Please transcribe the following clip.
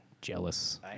Jealous